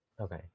okay